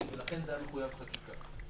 ולכן זה היה מחויב חקיקה.